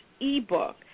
ebook